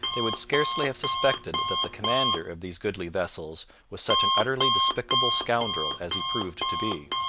they would scarcely have suspected that the commander of these goodly vessels was such an utterly despicable scoundrel as he proved to be.